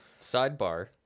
Sidebar